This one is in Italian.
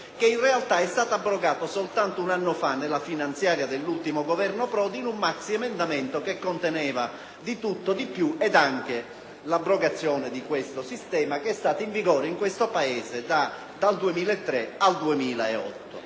che in realtà è stata abrogata soltanto un anno fa con la legge finanziaria dell'ultimo Governo Prodi, approvando un maxiemendamento che conteneva di tutto e di più, quindi anche l'abrogazione di questo sistema che è rimasto in vigore nel nostro Paese dal 2003 al 2008.